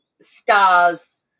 stars